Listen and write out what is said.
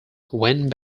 went